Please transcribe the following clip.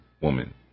woman